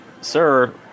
sir